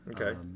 Okay